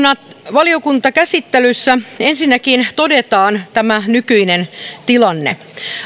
valiokuntakäsittelyssä ensinnäkin todettiin tämä nykyinen tilanne